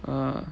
uh